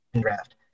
draft